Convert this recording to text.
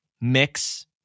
mix